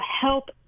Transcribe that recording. help